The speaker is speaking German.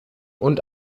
und